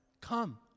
Come